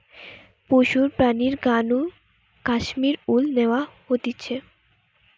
পশুর প্রাণীর গা নু কাশ্মীর উল ন্যাওয়া হতিছে